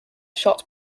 shot